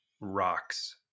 rocks